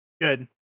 Good